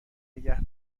نگه